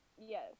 Yes